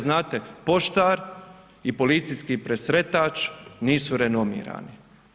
Znate poštar i policijski presretač nisu renomirani.